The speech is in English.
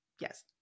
Yes